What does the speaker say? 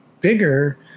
bigger